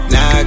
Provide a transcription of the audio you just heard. Now